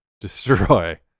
destroy